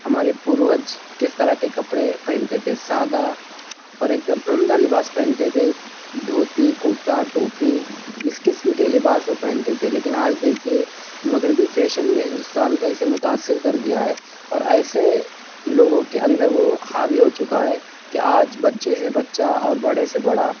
ہمارے پوروج کس طرح کے کپڑے پہنتے تھے سادہ اور ایک دم عمدہ لباس پہنتے تھے دھوتی کرتا ٹوپی اس قسم کے لباس وہ پہنتے تھے لیکن آج دیکھیے مغربی فیشن نے ہندوستان کو ایسے متاثر کر دیا ہے اور ایسے لوگوں کے اندر وہ حاوی ہو چکا ہے کہ آج بچے سے بچہ اور بڑے سے بڑا